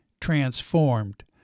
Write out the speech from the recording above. transformed